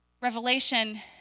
Revelation